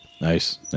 Nice